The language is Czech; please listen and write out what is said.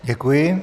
Děkuji.